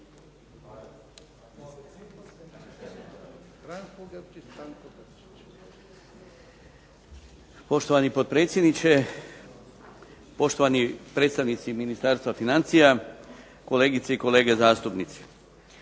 Poštovani potpredsjedniče, poštovani predstavnici Ministarstva financija, kolegice i kolege zastupnici.